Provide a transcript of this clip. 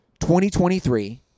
2023